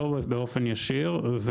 לא באופן ישיר.